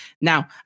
now